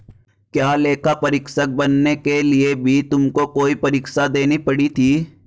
क्या लेखा परीक्षक बनने के लिए भी तुमको कोई परीक्षा देनी पड़ी थी?